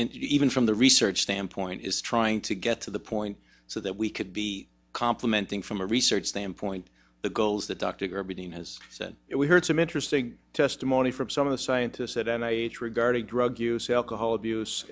and even from the research standpoint is trying to get to the point so that we could be complementing from a research standpoint the goals that dr gerberding has said we heard some interesting testimony from some of the scientists that i regarding drug use alcohol abuse